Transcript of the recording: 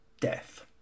death